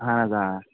اَہَن حظ آ